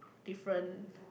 different